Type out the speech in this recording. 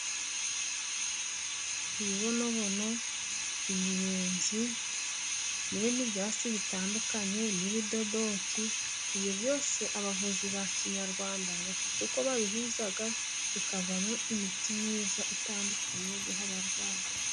Ibibonobono, imiyenzi, n’ibindi byatsi bitandukanye nk'ibidodoke, ibyo byose abavuzi ba kinyarwanda bafite uko babihuza， bikavamo imiti myiza itandukanye, yo guha abarwayi.